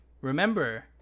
remember